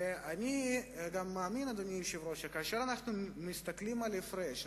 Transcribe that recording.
ואני גם מאמין שכאשר אנו מסתכלים על ההפרש,